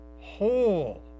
whole